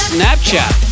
Snapchat